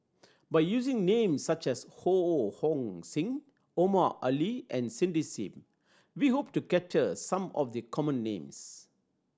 by using names such as Ho Hong Sing Omar Ali and Cindy Sim we hope to capture some of the common names